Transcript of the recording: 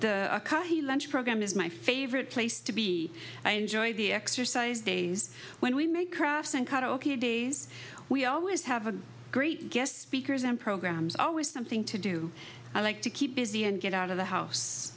car he lunch program is my favorite place to be i enjoy the exercise days when we make crafts and cut ok days we always have a great guest speakers and programs always something to do i like to keep busy and get out of the house